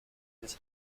this